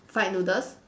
fried noodles